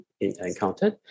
encountered